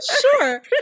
sure